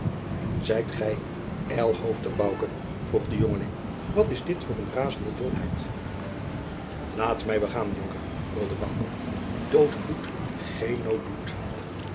zijt ge ijlhoofdig bouke vroeg de jongeling wat is dit voor eene razende dolheid laat mij begaan jonker brulde bouke dood bloed geen nood doet